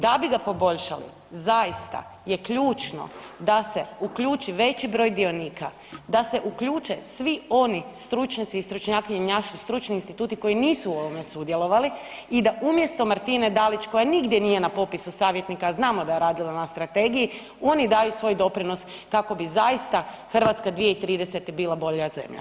Da bi ga poboljšali, zaista je ključno da se uključi veći broj dionika, da se uključe svi oni stručnjaci i stručnjakinje, naši stručni instituti koji nisu u ovome sudjelovali i da umjesto Martine Dalić koja nigdje nije na popisu savjetnika a znamo da je radila na strategiji, oni daju svoj doprinos kako bi zaista Hrvatska 2030. bila bolja zemlja.